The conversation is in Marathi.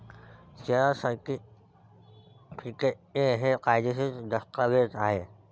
शेअर सर्टिफिकेट हे कायदेशीर दस्तऐवज आहे